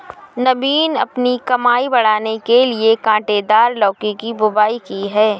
नवीन अपनी कमाई बढ़ाने के लिए कांटेदार लौकी की बुवाई की